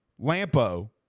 Lampo